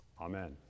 amen